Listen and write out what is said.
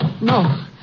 No